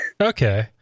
Okay